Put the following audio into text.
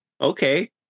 okay